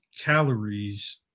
calories